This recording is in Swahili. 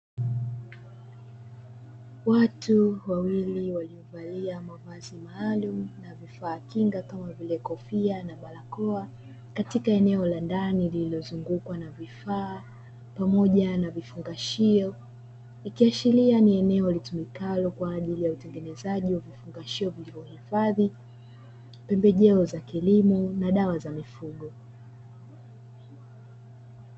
watu wawili waliovalia mavazi maalum na vifaa kinga kama vile kofia na barakoa katika eneo la ndani lililozungukwa na vifaa pamoja na vifungashio, ikiashiria ni eneo litumikalo kwa ajili ya utengenezaji wa vifungashio vilivyohifadhi pembejeo za kilimo na dawa za mifugo.